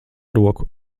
roku